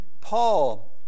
Paul